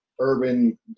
urban